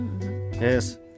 Yes